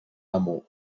amo